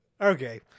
okay